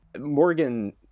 Morgan